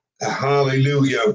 Hallelujah